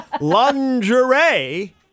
Lingerie